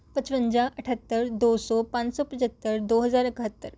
ਪਚਵੰਜਾ ਅਠੱਤਰ ਦੋ ਸੌ ਪੰਜ ਸੌ ਪੰਝੱਤਰ ਦੋ ਹਜ਼ਾਰ ਇਕਹੱਤਰ